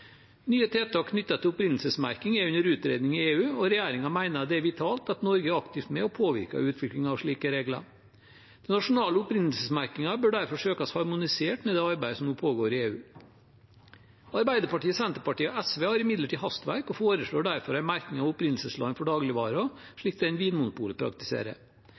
Nye tiltak knyttet til opprinnelsesmerking er under utredning i EU, og regjeringen mener det er vitalt at Norge er aktivt med og påvirker utviklingen av slike regler. Den nasjonale opprinnelsesmerkingen bør derfor søkes harmonisert med det arbeidet som pågår i EU. Arbeiderpartiet, Senterpartiet og SV har imidlertid hastverk og foreslår derfor en merking med opprinnelsesland for dagligvarer, slik som den Vinmonopolet praktiserer.